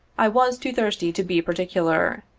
i was too thirsty to be particular,